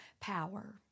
power